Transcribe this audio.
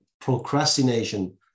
procrastination